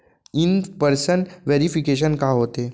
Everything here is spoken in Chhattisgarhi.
इन पर्सन वेरिफिकेशन का होथे?